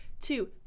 two